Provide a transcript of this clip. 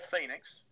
Phoenix